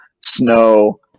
snow